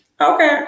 okay